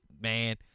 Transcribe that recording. Man